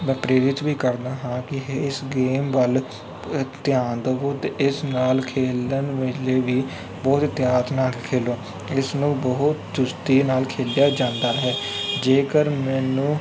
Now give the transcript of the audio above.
ਮੈਂ ਪ੍ਰੇਰਿਤ ਵੀ ਕਰਦਾ ਹਾਂ ਕਿ ਇਸ ਗੇਮ ਵੱਲ ਧਿਆਨ ਦੇਵੋ ਅਤੇ ਇਸ ਨਾਲ ਖੇਡਣ ਵੇਲੇ ਵੀ ਬਹੁਤ ਇਹਤਿਆਤ ਨਾਲ ਖੇਡੋ ਇਸ ਨੂੰ ਬਹੁਤ ਚੁਸਤੀ ਨਾਲ ਖੇਡਿਆ ਜਾਂਦਾ ਹੈ ਜੇਕਰ ਮੈਨੂੰ